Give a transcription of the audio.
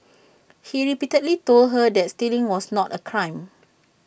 he repeatedly told her that stealing was not A crime